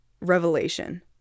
revelation